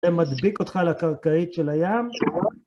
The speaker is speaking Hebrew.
זה מדביק אותך לקרקעית של הים... שניה...